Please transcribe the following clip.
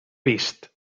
vist